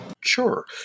Sure